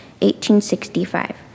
1865